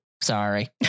sorry